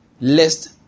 lest